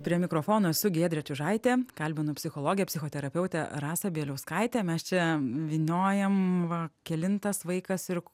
prie mikrofono esu giedrė čiužaitė kalbinu psichologę psichoterapeutę rasą bieliauskaitę mes čia vyniojam va kelintas vaikas ir